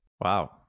Wow